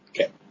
Okay